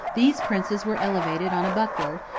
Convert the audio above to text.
these princes were elevated on a buckler,